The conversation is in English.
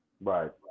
Right